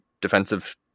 defensive